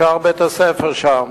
משער בית-הספר שם.